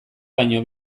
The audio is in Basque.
baino